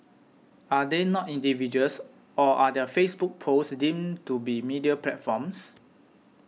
are they not individuals or are their Facebook posts deemed to be media platforms